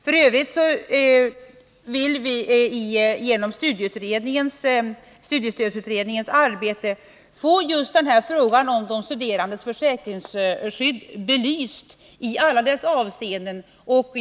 F. ö. vill vi genom studiestödsutredningens arbete få just den här frågan om de studerandes försäkringsskydd belyst i alla avseenden.